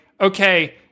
okay